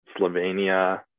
Slovenia